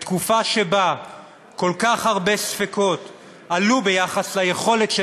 בתקופה שבה כל כך הרבה ספקות עלו ביחס ליכולת של